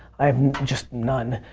i have just none.